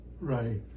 Right